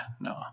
No